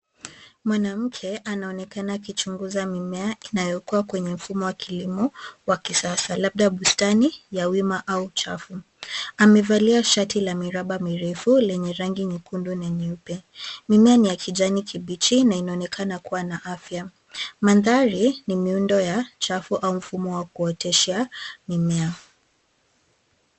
Mwanamke anaonekana akichunguza mimea inayokuwa kwenye mfumo wa kilimo wa kisasa, labda bustani ya wima au chafu. Amevalia shati la miraba mirefu lenye rangi nyekundu na nyeupe. Mimea ni ya kijani kibichi na inaonekana kuwa na afya. Mandhari ni miundo ya chafu au mfumo wa kuoteshea mimea.